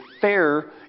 fair